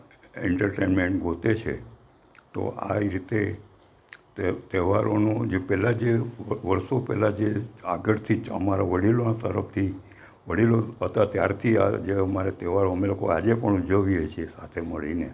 entertainment ગોતે છે તો આવી રીતે તે તહેવારોનું જે પહેલાં જે વર્ષો પહેલાં જે આગળથી જ અમારા વડીલો તરફથી વડીલો હતા ત્યારથી આ જે અમારે તહેવારો અમે લોકો આજે પણ ઉજવીએ છે સાથે મળીને